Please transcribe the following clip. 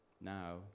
now